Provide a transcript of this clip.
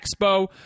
expo